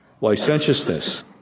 licentiousness